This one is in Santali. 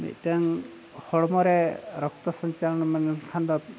ᱢᱤᱫᱴᱟᱝ ᱦᱚᱲᱢᱚ ᱨᱮ ᱨᱚᱠᱛᱚ ᱥᱚᱧᱪᱟᱞᱚᱱ ᱢᱮᱱᱞᱮᱠᱷᱟᱱ ᱫᱚ